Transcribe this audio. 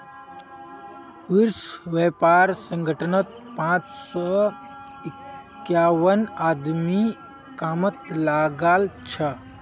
विश्व व्यापार संगठनत पांच सौ इक्यावन आदमी कामत लागल छ